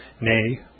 nay